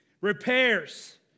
Repairs